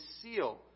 seal